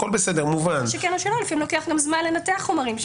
הכל בסדר; זה מובן --- לפעמים גם לוקח זמן לנתח חומרים,